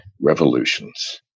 revolutions